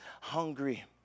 hungry